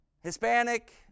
Hispanic